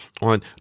on